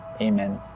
amen